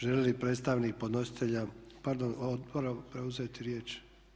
Želi li predstavnik podnositelja, pardon odbora preuzeti riječ?